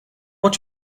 what